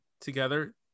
together